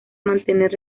mantener